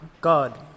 God